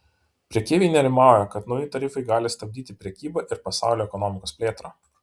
prekeiviai nerimauja kad nauji tarifai gali stabdyti prekybą ir pasaulio ekonomikos plėtrą